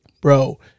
Bro